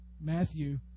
Matthew